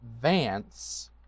Vance